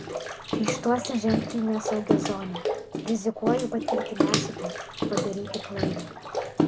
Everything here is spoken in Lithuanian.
ryžtuosi žengti į nesaugią zoną rizikuoju patirti nesėkmę padaryti klaidą